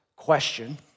question